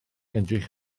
edrych